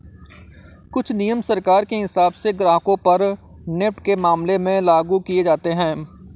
कुछ नियम सरकार के हिसाब से ग्राहकों पर नेफ्ट के मामले में लागू किये जाते हैं